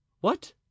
What